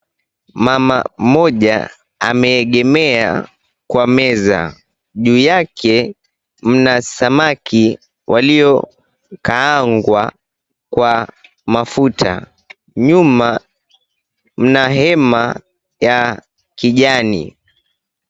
Mama mmoja ameegemea kwa meza juu yake mna samaki walio kaangwa kwa mafuta nyuma kuna hema ya kijani.